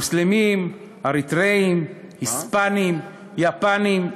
מוסלמים, אריתראים, היספנים, יפנים.